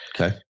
Okay